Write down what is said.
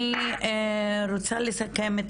אני רוצה לסכם את